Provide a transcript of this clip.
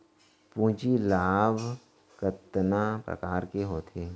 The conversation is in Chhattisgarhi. पूंजी लाभ कतना प्रकार के होथे?